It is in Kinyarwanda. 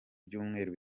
ibyumweru